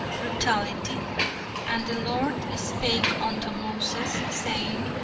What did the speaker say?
brutality and the lord spake unto moses, saying,